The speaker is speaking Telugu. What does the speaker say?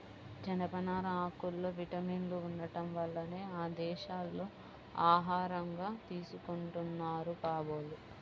జనపనార ఆకుల్లో విటమిన్లు ఉండటం వల్లనే ఆ దేశాల్లో ఆహారంగా తీసుకుంటున్నారు కాబోలు